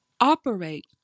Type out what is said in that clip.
operate